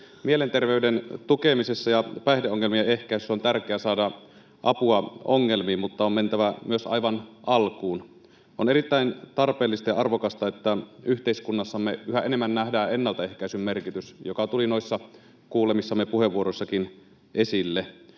Mielenterveyden tukemisessa ja päihdeongelmien ehkäisyssä on tärkeää saada apua ongelmiin, mutta on mentävä myös aivan alkuun. On erittäin tarpeellista ja arvokasta, että yhteiskunnassamme yhä enemmän nähdään ennaltaehkäisyn merkitys, joka tuli noissa kuulemissamme puheenvuoroissakin esille.